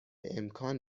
امکان